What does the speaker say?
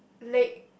leg